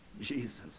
Jesus